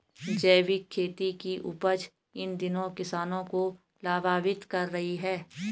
जैविक खेती की उपज इन दिनों किसानों को लाभान्वित कर रही है